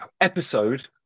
Episode